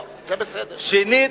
שנית,